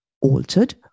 altered